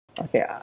okay